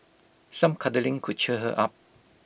some cuddling could cheer her up